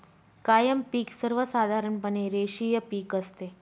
कायम पिक सर्वसाधारणपणे रेषीय पिक असते